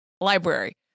library